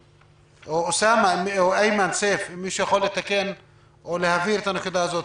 מישהו יכול לתקן או להבהיר את הנקודה הזאת?